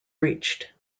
reached